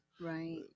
right